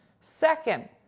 Second